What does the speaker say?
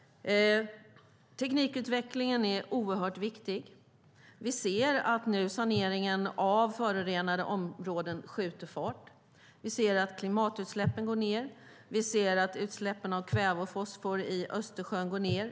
Teknikutvecklingen är oerhört viktig. Vi ser att saneringen av förorenade områden skjuter fart. Vi ser att klimatutsläppen minskar. Vi ser att utsläppen av kväve och fosfor i Östersjön minskar.